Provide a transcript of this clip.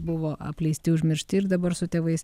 buvo apleisti užmiršti ir dabar su tėvais